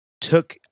took